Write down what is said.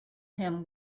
him